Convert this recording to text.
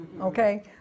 Okay